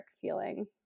feeling